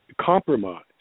compromise